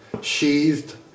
sheathed